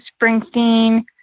Springsteen